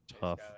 Tough